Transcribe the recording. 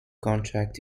contract